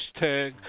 hashtag